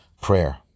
Prayer